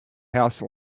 house